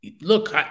Look